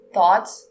thoughts